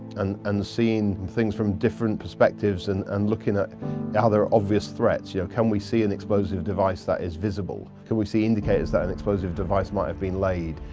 and seeing things from different perspectives and and looking at how there are obvious threats. you know can we see an explosive device that is visible? could we see indicators that an explosive device might have been laid.